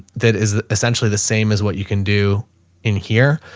that is essentially the same as what you can do in here.